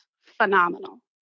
phenomenal